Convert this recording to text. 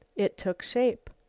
it took shape.